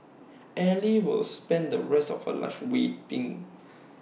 ally will spend the rest of A life waiting